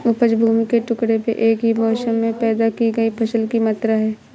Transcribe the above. उपज भूमि के टुकड़े में एक ही मौसम में पैदा की गई फसल की मात्रा है